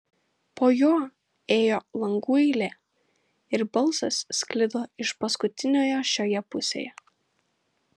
po juo ėjo langų eilė ir balsas sklido iš paskutiniojo šioje pusėje